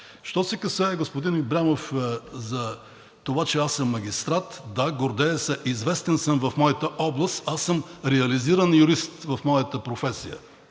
Що се касае, господин Ибрямов, за това, че аз съм магистрат. Да, гордея се, известен съм в моята област. Аз съм реализиран юрист в моята професия.